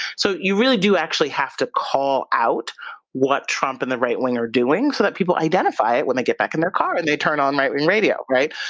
so you really do actually have to call out what trump and the right wing are doing, so that people identify it when they get back in the car and they turn on right wing radio, right?